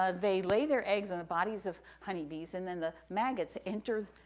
ah they lay their eggs in bodies of honeybees, and then the maggots enter,